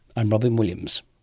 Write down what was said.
i'm robyn williams